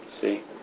See